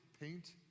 paint